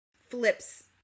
flips